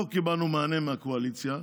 לא קיבלנו מענה מהקואליציה,